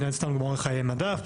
אורך חיי מדף,